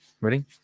Ready